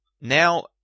now